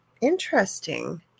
Interesting